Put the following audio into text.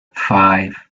five